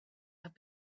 have